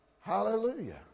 Hallelujah